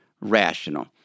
rational